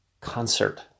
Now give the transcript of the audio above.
concert